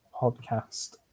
podcast